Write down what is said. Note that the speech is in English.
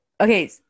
okay